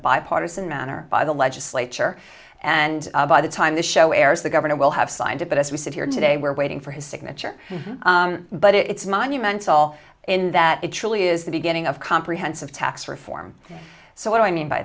bipartisan manner by the legislature and by the time the show airs the governor will have signed it but as we sit here today we're waiting for his signature but it's monumental in that it truly is the beginning of comprehensive tax reform so what i mean by